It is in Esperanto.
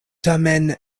tamen